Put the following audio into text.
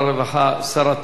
שר התקשורת,